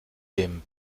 dem